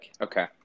Okay